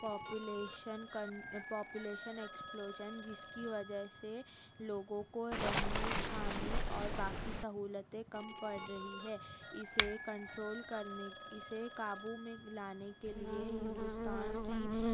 population کن population explosion جس کی وجہ سے لوگوں کو رہنے کھانے اور باقی سہولتیں کم پڑ رہی ہیں اسے کنٹرول کرنے اسے قابو میں لانے کے لیے ہندوستان کی